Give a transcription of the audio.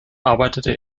arbeitete